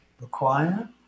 require